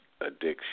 addiction